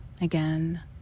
again